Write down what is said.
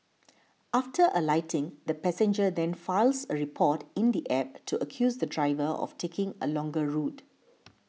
after alighting the passenger then files a report in the App to accuse the driver of taking a longer route